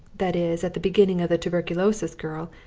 that is at the beginning of the tuberculosis girl,